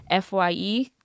FYE